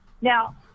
now